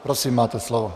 Prosím, máte slovo.